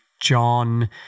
John